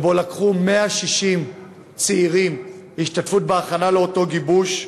שבו השתתפו 160 צעירים, בהכנה, באותו גיבוש,